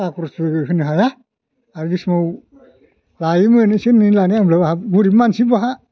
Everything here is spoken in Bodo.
साहा खरसबो होनो हाया आरो बे समाव लायोमोन एसे एनै लानाया होनब्लाबो आहा गोरिब मानसि बाहा